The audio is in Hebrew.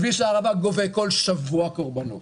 כביש הערבה גובה בכל שבוע קורבנות.